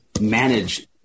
manage